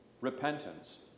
repentance